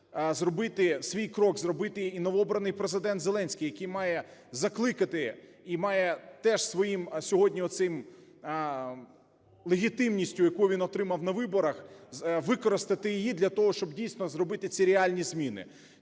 зробити, свій крок зробити і новообраний Президент Зеленський, який має закликати і має теж своїм сьогодні оцим… легітимністю, яку він отримав на виборах, використати її для того, щоб дійсно зробити ці реальні зміни.